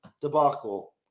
debacle